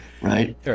Right